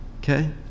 okay